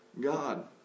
God